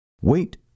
Wait